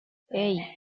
hey